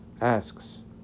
Asks